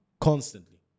Constantly